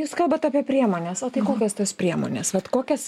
jūs kalbat apie priemones o tai kokios tos priemonės bet kokias